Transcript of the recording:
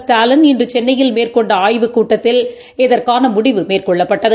ஸ்டாலின் இன்றுசென்னையில் மேற்கொண்டஆய்வுக்கூட்டத்தில் இதற்கானமுடிவு மேற்கொள்ளப்பட்டது